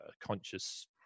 conscious